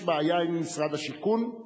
יש בעיה עם משרד השיכון,